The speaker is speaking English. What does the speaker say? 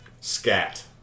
Scat